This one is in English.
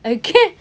okay